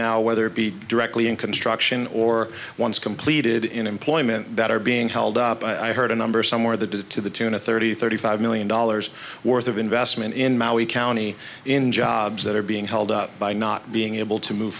now whether it be directly in construction or once completed in employment that are being held up i heard a number somewhere the to the tune of thirty thirty five million dollars worth of investment in maui county in jobs that are being held up by not being able to move